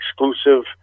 exclusive